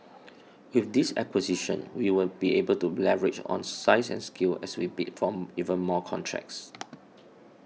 with this acquisition we will be able to leverage on size and scale as we bid for even more contracts